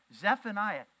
Zephaniah